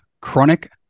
chronic